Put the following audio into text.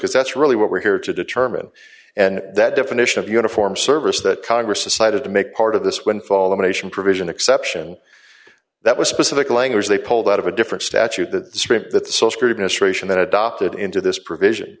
because that's really what we're here to determine and that definition of uniform service that congress decided to make part of this windfall of nation provision exception that was specific language they pulled out of a different statute that script that so screwed ministration that adopted into this provision